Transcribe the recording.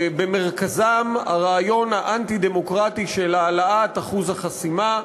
ובמרכזם הרעיון האנטי-דמוקרטי של העלאת אחוז החסימה,